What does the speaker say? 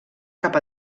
cap